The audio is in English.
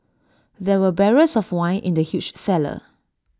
there were barrels of wine in the huge cellar